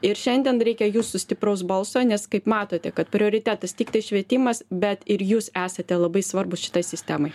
ir šiandien reikia jūsų stipraus balso nes kaip matote kad prioritetas tiktai švietimas bet ir jūs esate labai svarbūs šitai sistemai